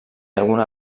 alguna